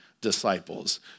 disciples